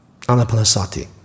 anapanasati